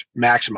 maximize